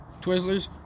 Twizzlers